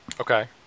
Okay